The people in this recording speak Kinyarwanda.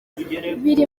biri